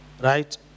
Right